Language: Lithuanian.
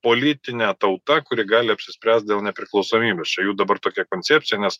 politine tauta kuri gali apsispręst dėl nepriklausomybės čia jų dabar tokia koncepcija nes